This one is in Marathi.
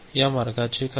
या मार्गाचे काय